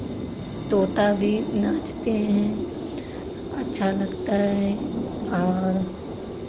तोता भी नाचते हैं अच्छा लगता है और